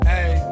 Hey